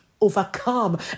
Overcome